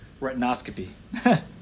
retinoscopy